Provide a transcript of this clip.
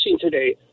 today